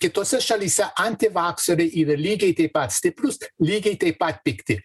kitose šalyse antivakseriai yra lygiai taip pat stiprūs lygiai taip pat pikti